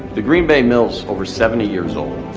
the green bay mill's over seventy years old.